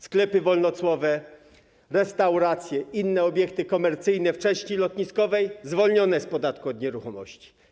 Sklepy wolnocłowe, restauracje, inne obiekty komercyjne w części lotniskowej - zwolnione od podatku od nieruchomości.